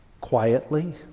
quietly